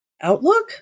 Outlook